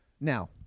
now